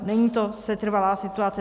Není to setrvalá situace.